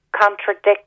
contradict